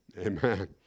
Amen